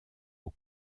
aux